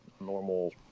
normal